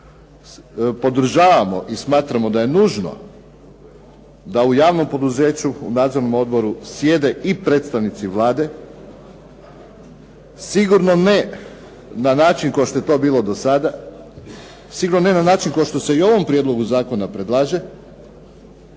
Podržavamo i smatramo da je nužno da u javnom poduzeću u nadzornom odboru sjede i predstavnici Vlade, sigurno ne na način kao što je to bilo do sada, sigurno ne na način kao što se i u ovom prijedlogu zakona predlaže,